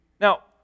Now